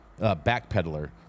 Backpedaler